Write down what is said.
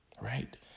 right